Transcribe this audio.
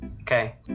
Okay